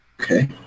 Okay